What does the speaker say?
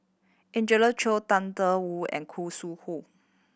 Angelina Choy Tang Da Wu and Khoo Sui Hoe